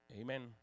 Amen